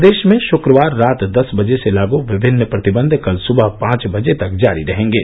प्रदेश में शुक्रवार रात दस बजे से लागू विभिन्न प्रतिबंध कल सुबह पांच बजे तक जारी रहेंगे